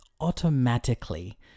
automatically